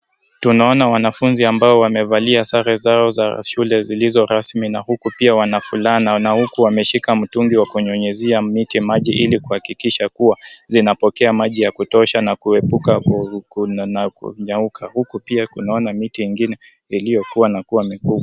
Tunaona wanafunzi ambao wamevalia sare zao za shule zilizo rasmi na huku pia wanafulana huku wameshika mtungi wa kunyunyuzia miti maji hili kuhakikisha kuwa zinapokea maji ya kutosha na Kuibuka na kunyauka uku pia unaona miti ingine iliokuwa mikubwa.